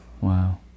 Wow